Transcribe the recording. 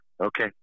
Okay